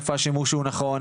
איפה השימוש הוא נכון,